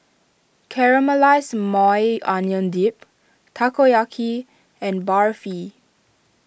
Caramelized Maui Onion Dip Takoyaki and Barfi